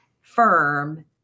firm